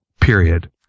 period